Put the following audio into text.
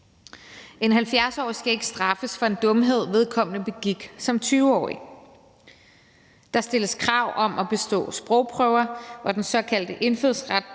En 70-årig skal ikke straffes for en dumhed, vedkommende begik som 20-årig. Der stilles krav om at bestå sprogprøver og den såkaldte indfødsretsprøve,